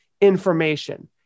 information